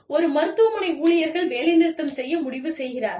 ஒரு மருத்துவமனை ஊழியர்கள் வேலைநிறுத்தம் செய்ய முடிவு செய்கிறார்கள்